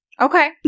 Okay